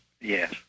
Yes